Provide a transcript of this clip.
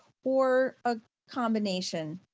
or a combination,